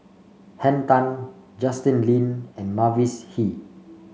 Henn Tan Justin Lean and Mavis Hee